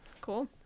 cool